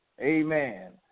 amen